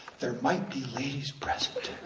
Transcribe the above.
there might be ladies present.